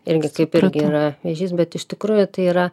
irgi kaip ir yra vėžys bet iš tikrųjų tai yra